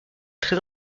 très